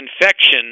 infection